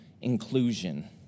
inclusion